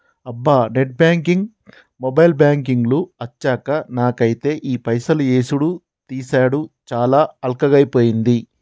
అబ్బా net banking mobile banking లు అచ్చాక నాకైతే ఈ పైసలు యేసుడు తీసాడు చాలా అల్కగైపోయింది